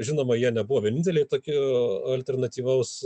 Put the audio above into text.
žinoma jie nebuvo vieninteliai tokie alternatyvaus